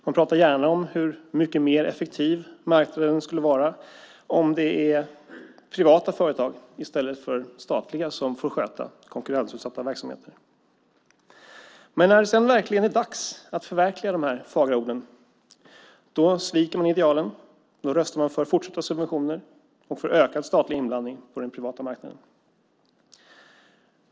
Man pratar gärna om hur mycket mer effektiv marknaden skulle vara om det var privata företag i stället för statliga som fick sköta konkurrensutsatta verksamheter. Men när det verkligen är dags att förverkliga de här fagra orden sviker man idealen. Då röstar man för fortsatta subventioner och för ökad statlig inblandning på den privata marknaden.